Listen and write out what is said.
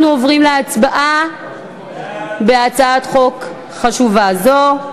אנחנו עוברים להצבעה על הצעת חוק חשובה זו.